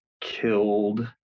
killed